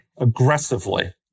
aggressively